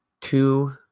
two